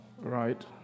Right